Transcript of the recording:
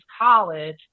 college